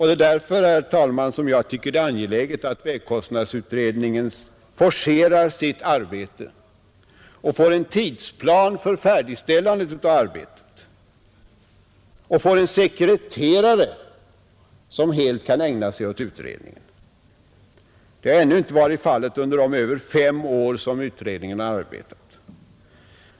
Det är därför, herr talman, jag tycket det är angeläget att vägkostnadsutredningen forcerar sitt arbete, får en tidsplan för färdigställandet av arbetet och får en sekreterare som helt kan ägna sig åt utredningen. Det har ännu inte varit fallet under de över fem år som utredningen har arbetat.